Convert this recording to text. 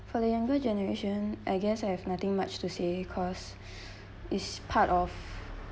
for the younger generation I guess I have nothing much to say cause is part of